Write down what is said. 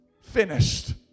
finished